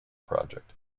project